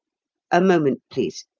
a moment, please.